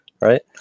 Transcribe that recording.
right